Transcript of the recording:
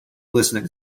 listening